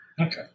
Okay